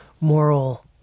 moral